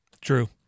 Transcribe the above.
true